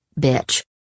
bitch